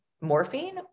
morphine